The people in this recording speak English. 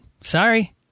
Sorry